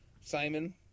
Simon